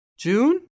June